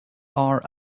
are